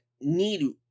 need